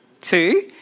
Two